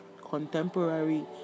contemporary